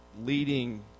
leading